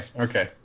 okay